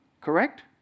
Correct